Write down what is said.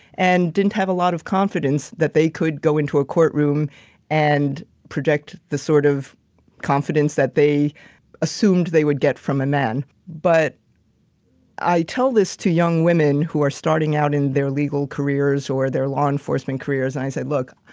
and didn't have a lot of confidence that they could go into a courtroom and project the sort of confidence that they assumed they would get from a man. but i tell this to young women who are starting out in their legal careers or their law enforcement careers, and i say, look,